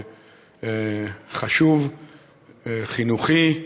חשוב וחינוכי,